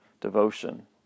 devotion